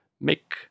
make